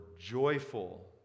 joyful